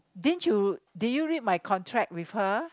didn't you did you read my contract with her